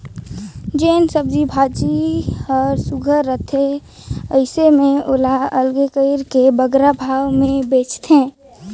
जेन सब्जी भाजी हर सुग्घर रहथे अइसे में ओला अलगे कइर के बगरा भाव में बेंचथें